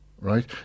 right